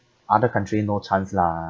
other country no chance lah ah